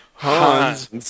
Hans